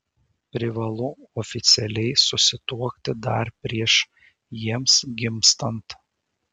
privalu oficialiai susituokti dar prieš jiems gimstant